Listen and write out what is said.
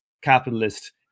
capitalist